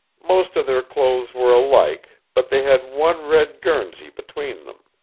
most of their clothes were alike, but they had one red guernsey between them.